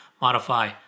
modify